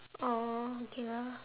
oh okay lah